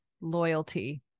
loyalty